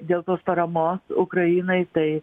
dėl tos paramos ukrainai tai